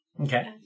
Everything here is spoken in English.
Okay